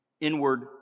inward